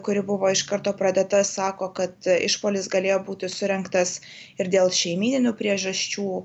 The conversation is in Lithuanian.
kuri buvo iš karto pradėta sako kad išpuolis galėjo būti surengtas ir dėl šeimyninių priežasčių